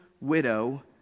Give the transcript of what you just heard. widow